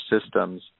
systems